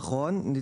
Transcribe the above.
נכון.